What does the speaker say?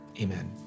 amen